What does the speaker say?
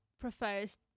prefers